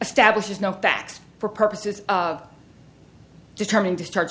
establishes no facts for purposes of determined discharge